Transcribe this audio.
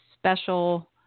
special